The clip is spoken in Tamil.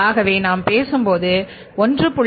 ஆகவே நாம் பேசும் போது 1